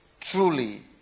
Truly